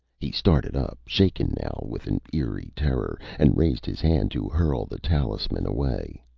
he started up, shaken now with an eerie terror, and raised his hand to hurl the talisman away.